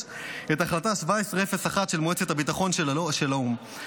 את החלטה 1701 של מועצת הביטחון של האו"ם.